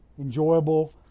enjoyable